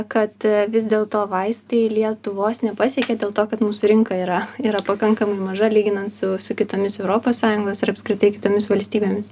kad vis dėlto vaistai lietuvos nepasiekė dėl to kad mūsų rinka yra yra pakankamai maža lyginant su su kitomis europos sąjungos ir apskritai kitomis valstybėmis